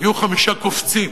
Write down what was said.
יהיו חמישה קופצים,